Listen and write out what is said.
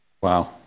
Wow